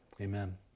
amen